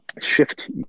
shift